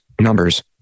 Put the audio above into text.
numbers